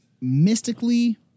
mystically